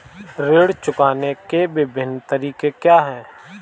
ऋण चुकाने के विभिन्न तरीके क्या हैं?